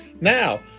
Now